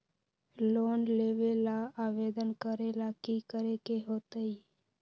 Loan लेबे ला आवेदन करे ला कि करे के होतइ?